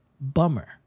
Bummer